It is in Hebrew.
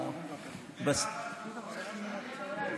נדמה לי.